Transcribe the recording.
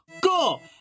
Go